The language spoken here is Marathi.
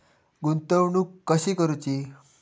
गुंतवणूक कशी करूची?